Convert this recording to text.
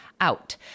out